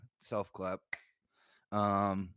Self-clap